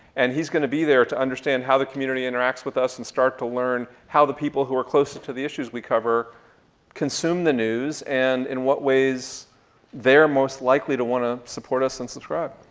and he's gonna be there to understand how the community interacts with us and start to learn how the people who are closer to the issues we cover consume the news and in what ways they're most likely to wanna support us and subscribe.